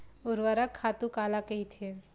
ऊर्वरक खातु काला कहिथे?